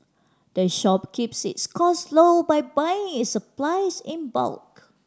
the shop keeps its costs low by buying its supplies in bulk